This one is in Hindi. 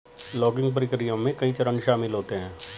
लॉगिंग प्रक्रिया में कई चरण शामिल होते है